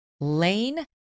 Lane